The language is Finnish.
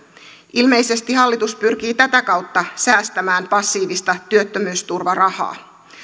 ilmeisesti hallitus pyrkii tätä kautta säästämään passiivista työttömyysturvarahaa